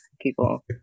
people